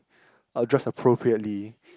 I'll dress appropriately